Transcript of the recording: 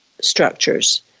structures